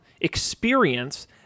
experience